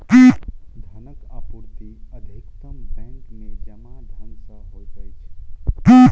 धनक आपूर्ति अधिकतम बैंक में जमा धन सॅ होइत अछि